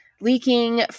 Leaking